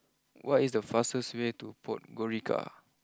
what is the fastest way to Podgorica